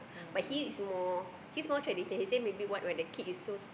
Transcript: but he is more he's more tradition he say maybe what when the kid is so small